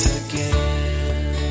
again